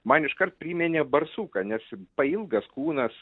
man iškart priminė barsuką nes pailgas kūnas